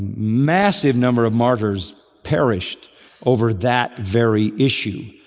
massive number of martyrs perished over that very issue.